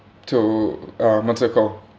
to uh what's that called